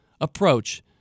approach